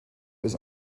was